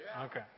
Okay